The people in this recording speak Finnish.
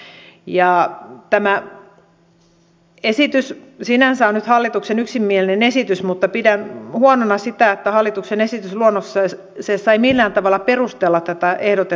tämä esitys sinänsä on nyt hallituksen yksimielinen esitys mutta pidän huonona sitä että hallituksen esitysluonnoksessa ei millään tavalla perustella tätä ehdotettua muutosta